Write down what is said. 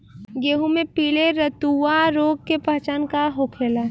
गेहूँ में पिले रतुआ रोग के पहचान का होखेला?